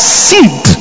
seed